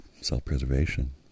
self-preservation